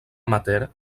amateur